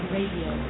Radio